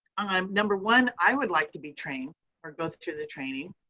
um number one, i would like to be trained or go through the training